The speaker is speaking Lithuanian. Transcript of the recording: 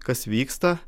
kas vyksta